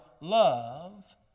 love